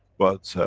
but,